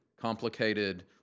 complicated